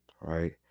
right